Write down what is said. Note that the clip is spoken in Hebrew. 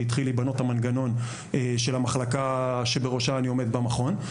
והתחיל להיבנות המנגנון של המחלקה שבראשה אני עומד במכון,